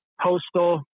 Postal